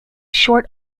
short